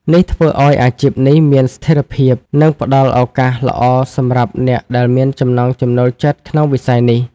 នេះធ្វើឱ្យអាជីពនេះមានស្ថិរភាព និងផ្តល់ឱកាសល្អសម្រាប់អ្នកដែលមានចំណង់ចំណូលចិត្តក្នុងវិស័យនេះ។